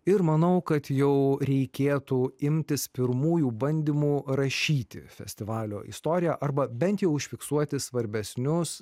ir manau kad jau reikėtų imtis pirmųjų bandymų rašyti festivalio istoriją arba bent jau užfiksuoti svarbesnius